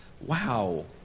wow